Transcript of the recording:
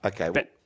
Okay